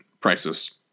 prices